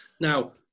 Now